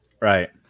Right